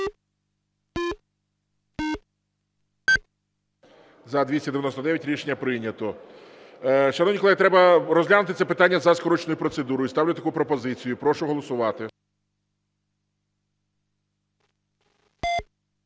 За-299 Рішення прийнято. Шановні колеги, треба розглянути це питання за скороченою процедурою. Ставлю таку пропозицію. Прошу голосувати.